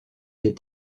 est